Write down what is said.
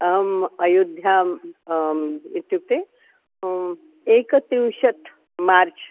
अहम् अयोध्यां इत्युक्ते एकत्रिंशत् मार्च्